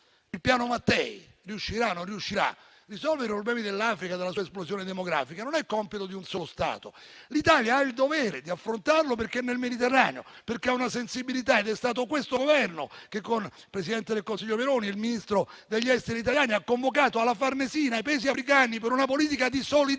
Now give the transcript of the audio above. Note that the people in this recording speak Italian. Il Piano Mattei riuscirà o non riuscirà? Risolvere i problemi dell'Africa e della sua esplosione demografica non è compito di un solo Stato. L'Italia ha il dovere di affrontarli, perché è nel Mediterraneo e ha una sensibilità. È stato questo Governo, con il presidente del consiglio Meloni e il ministro degli affari esteri Tajani, che ha convocato alla Farnesina i Paesi africani, per una politica di solidarietà,